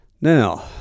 Now